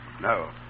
No